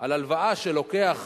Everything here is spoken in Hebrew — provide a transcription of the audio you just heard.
על הלוואה שלוקח